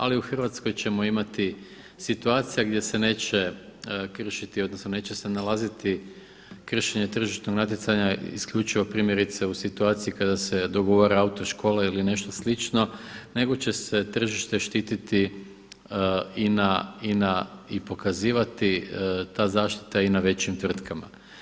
Ali u Hrvatskoj ćemo imati situacija gdje se neće kršiti odnosno neće se nalaziti kršenje tržišnog natjecanja isključivo primjerice u situaciji kada se dogovora autoškole ili nešto slično nego će se tržište štititi i pokazivati ta zaštita i na većim tvrtkama.